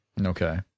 Okay